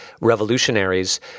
revolutionaries